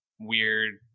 Weird